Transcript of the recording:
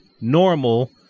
normal